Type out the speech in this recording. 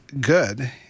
good